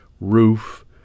roof